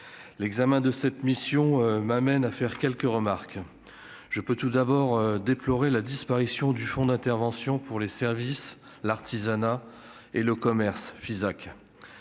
l'examen de cette mission m'amène à faire quelques remarques, je peux tout d'abord déploré la disparition du Fonds d'intervention pour les services, l'artisanat et le commerce Fisac